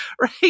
right